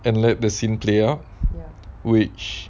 and let the scene play out which